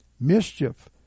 Mischief